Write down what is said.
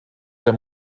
der